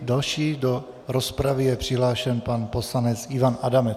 Další do rozpravy je přihlášen pan poslanec Ivan Adamec.